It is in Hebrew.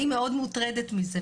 אני מאוד מוטרדת מזה.